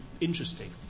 interesting